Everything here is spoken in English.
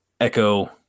echo